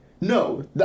No